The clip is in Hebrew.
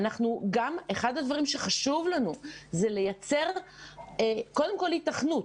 אחד הדברים שחשובים לנו זה לייצר קודם כול היתכנות,